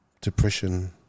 depression